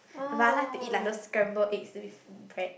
but I like to eat like those scrambled eggs with bread